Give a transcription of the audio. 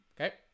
Okay